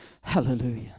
hallelujah